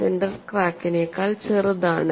centre ക്രാക്കിനേക്കാൾ ചെറുതാണ്